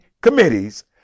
committees